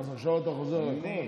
אז עכשיו אתה חוזר על הכול?